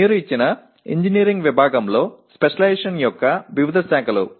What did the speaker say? ஒரு குறிப்பிட்ட பொறியியல் கிளையில் நிபுணத்துவத்தின் பல்வேறு பிரிவுகளை நீங்கள் என்ன அழைக்கிறீர்கள்